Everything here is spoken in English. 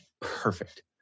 perfect